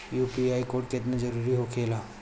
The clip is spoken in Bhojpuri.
यू.पी.आई कोड केतना जरुरी होखेला?